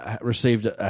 received